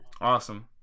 awesome